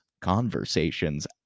conversations